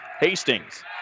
Hastings